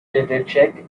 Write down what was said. dědeček